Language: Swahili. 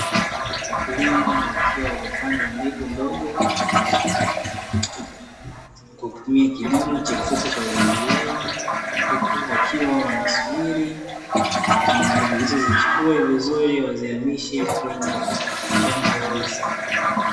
Wakulima wakiwa wamepanda mbegu ndogo, kwa kutumia kilimo cha kisasa cha umwagiliaji, huku wakiwa wanasubiri mbegu hizo zichipue ili wazihamishe kwenye shamba halisi.